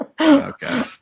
Okay